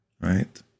right